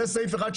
זה סעיף אחד,